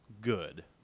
good